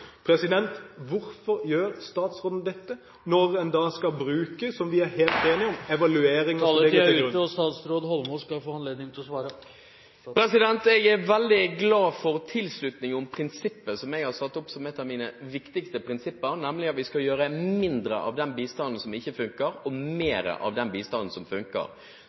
Hvorfor gjør statsråden dette når en da skal bruke – som vi er helt enige om – evaluering ... Jeg er veldig glad for tilslutning til prinsippet som jeg har satt opp som et av mine viktigste, nemlig at vi skal gi mindre av den bistanden som ikke funker, og mer av den bistanden som funker.